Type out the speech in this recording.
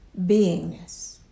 beingness